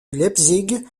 leipzig